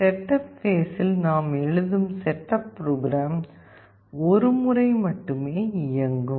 setup பேஸில் நாம் எழுதும் செட்டப் ப்ரோக்ராம் ஒரு முறை மட்டுமே இயங்கும்